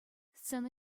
сцена